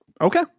Okay